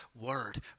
word